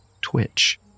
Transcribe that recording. twitch